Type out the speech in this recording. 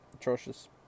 atrocious